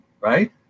right